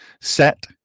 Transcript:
set